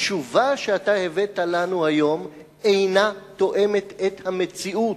התשובה שאתה הבאת לנו היום אינה תואמת את המציאות.